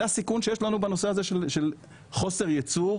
זה הסיכון שיש לנו בנושא הזה של חוסר יצור